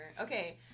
Okay